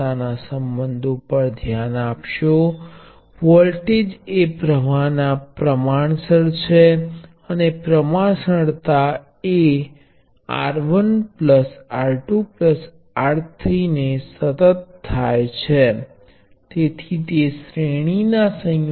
મને પ્રથમ સમાંતરમાં વોલ્ટેજ સ્ત્રોત પર નજર કરવા દો તેથી મારી પાસે બે આદર્શ વોલ્ટેજ સ્ત્રોત છે V1 અને V2